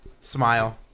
smile